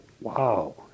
wow